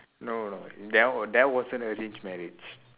no no that one that was~ one wasn't arranged marriage